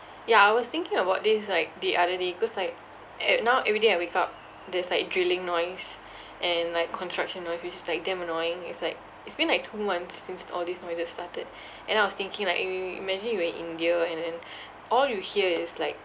ya I was thinking about this like the other day cause like ev~ now everyday I wake up there's like drilling noise and then like construction noise which is like damn annoying it's like it's been like two months since all these noises started and then I was thinking like uh imagine we were in india and then all you hear is like